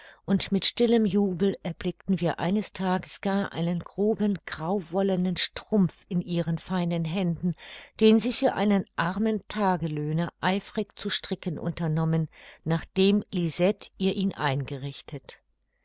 und mit stillem jubel erblickten wir eines tages gar einen groben grauwollenen strumpf in ihren feinen händen den sie für einen armen tagelöhner eifrig zu stricken unternommen nachdem lisette ihr ihn eingerichtet